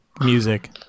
music